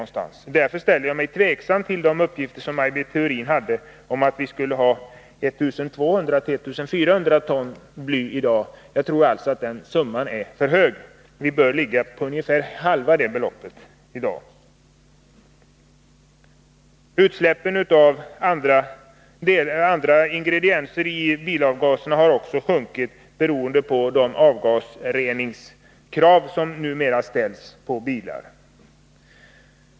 Jag ställer mig därför litet tveksam till Maj Britt Theorins uppgifter att utsläppen av bly i dag skulle vara 1 200-1 400 ton. Jag tror att den siffran är för hög. Utsläppen bör i dag ligga på ungefär halva den summan. Utsläppen av andra ingredienser i bilavgaserna har också sjunkit till följd av de krav på avgasrening som numera ställs på bilarna.